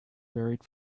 buried